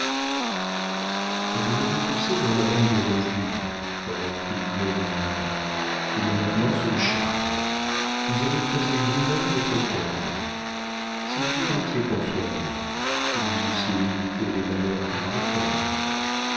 vous l'avez poussé vers madame de rochegude reprit claude vignon il est maintenant sous le charme vous avez creusé vous-même votre tombe si vous vous étiez confiée à moi vous eussiez évité les malheurs qui vous attendent